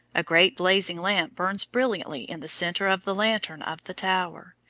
a great blazing lamp burns brilliantly in the center of the lantern of the tower,